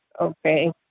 okay